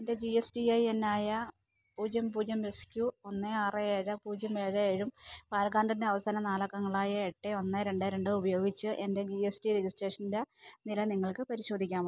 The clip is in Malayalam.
എൻ്റെ G S D I N ആയ പൂജ്യം പൂജ്യം എസ് ക്യൂ ഒന്ന് ആറ് ഏഴ് പൂജ്യം ഏഴ് ഏഴും പാൻ കാർഡിൻ്റെ അവസാന നാലക്കങ്ങളായ എട്ട് ഒന്ന് രണ്ട് രണ്ട് ഉപയോഗിച്ച് എൻ്റെ ജി എസ് ഡി രജിസ്ട്രേഷൻ്റെ നില നിങ്ങൾക്ക് പരിശോധിക്കാമോ